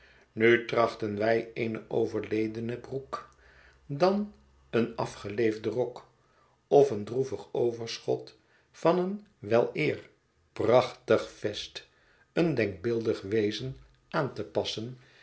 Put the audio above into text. nu trachten wij eene overledene broek dan een afgeleefden rok of het droevig overschot van een weleer prachtig vest een denkbeeldig wezen aan te passen